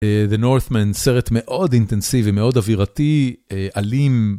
The Northman, סרט מאוד אינטנסיבי, מאוד אווירתי, אלים.